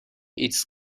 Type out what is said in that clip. its